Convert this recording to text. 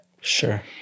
Sure